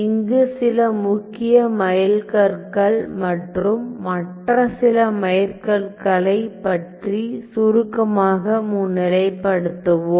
இங்கு சில முக்கிய மைல்கற்கள் மற்றும் மற்ற சில மைல்கற்களை பற்றி சுருக்கமாக முன்னிலைப்படுத்துவோம்